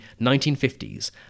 1950s